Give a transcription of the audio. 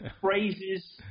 phrases